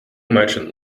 merchant